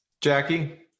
Jackie